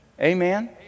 Amen